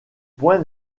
point